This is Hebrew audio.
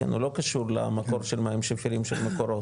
הוא לא קשור למקור של מים שפירים של מקורות,